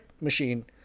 machine